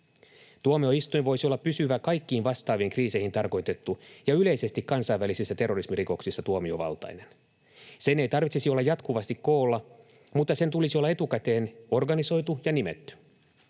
Tuomioistuin voisi olla pysyvä kaikkiin vastaaviin kriiseihin tarkoitettu ja yleisesti kansainvälisissä terrorismirikoksissa tuomiovaltainen. Sen ei tarvitsisi olla jatkuvasti koolla, mutta sen tulisi olla etukäteen organisoitu ja nimetty.